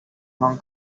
hong